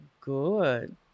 good